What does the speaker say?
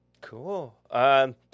Cool